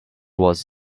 was